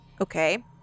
Okay